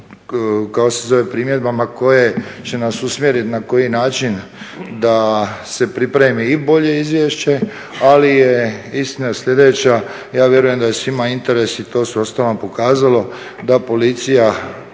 na svim ovim primjedbama koje će nas usmjeriti na koji način da se pripremi i bolje izvješće, ali je istina sljedeća, ja vjerujem da je svima interes i to se uostalom pokazalo da policija